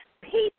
people